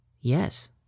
Yes